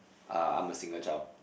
uh I'm a single child